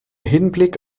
hinblick